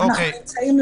אנחנו נמצאים,